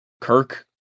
Kirk